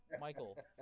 Michael